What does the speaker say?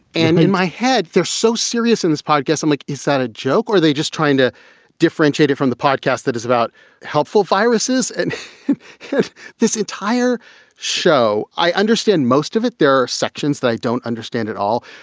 and in my head, they're so serious. in this podcast, i'm like, is that a joke? or are they just trying to differentiate it from the podcast that is about helpful viruses. and this entire show, i understand most of it. there are sections that i don't understand at all,